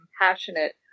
compassionate